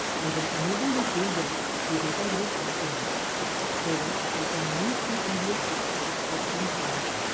i will enable the toolbar of the data grid component so that i can use the pdf export option from it.